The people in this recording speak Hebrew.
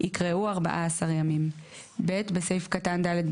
יקראו "14 ימים" ; (ב) בסעיף קטן (ד),